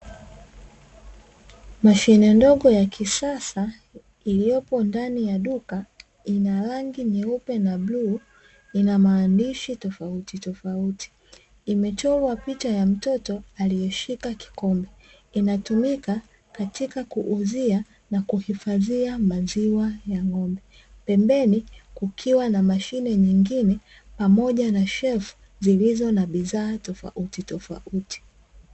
Mashine ndogo ya kisasa iliyopo ndani ya duka. Ina rangi nyeupe na bluu, ina maandishi tofautitofauti. Imechorwa picha ya mtoto aliyeshika kikombe, inatumika katika kuuzia na kuhifadhia maziwa ya ng'ombe. Pembeni kukiwa na mashine, nyingine pamoja na shelfu zilizo na bidhaa tofautitofauti.